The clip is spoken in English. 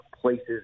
places